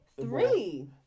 three